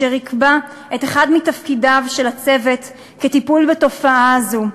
אשר יקבע את אחד מתפקידיו של הצוות כטיפול בתופעה הזו.